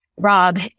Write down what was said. Rob